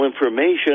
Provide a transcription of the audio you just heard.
information